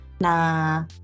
na